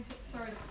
sorry